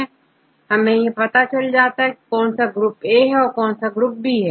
वास्तव में हमें पता है कि कौन सा ग्रुप ए और कौन सा B है